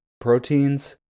proteins